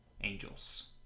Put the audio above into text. angels